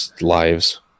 lives